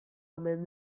omen